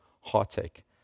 heartache